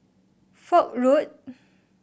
Foch Road